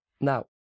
Now